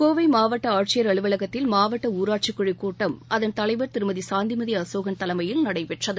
கோவைமாவட்டஆட்சியர் அலுவலகத்தில் மாவட்டஊராட்சிக்குழுகூட்டம் தலைவர் அதன் திருமதிசாந்திமதிஅசோகன் தலைமையில் நடைபெற்றது